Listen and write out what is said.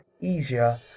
easier